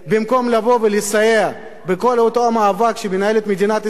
במקום לבוא ולסייע בכל אותו המאבק שמנהלת מדינת ישראל